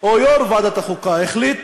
או יושב-ראש ועדת החוקה החליט,